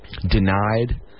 denied